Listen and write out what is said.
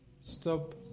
Stop